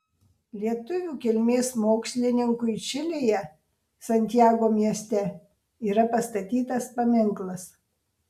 lietuvių kilmės mokslininkui čilėje santjago mieste yra pastatytas paminklas